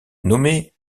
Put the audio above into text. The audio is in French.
nommé